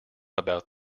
about